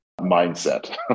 mindset